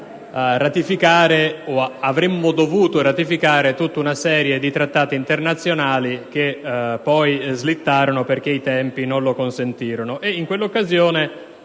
avremmo dovuto ratificare tutta una serie di trattati internazionali, approvazioni che poi slittarono perché i tempi non lo consentirono.